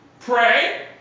pray